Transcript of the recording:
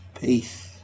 Peace